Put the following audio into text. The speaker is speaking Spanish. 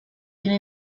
quien